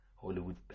Hollywood